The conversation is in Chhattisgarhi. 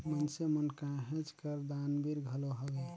मइनसे मन कहेच कर दानबीर घलो हवें